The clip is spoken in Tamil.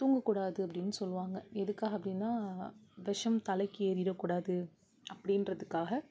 தூங்கக்கூடாது அப்படின்னு சொல்லுவாங்க எதுக்காக அப்படின்னா விஷம் தலைக்கு ஏறிட கூடாது அப்படின்றதுக்காக